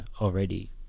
already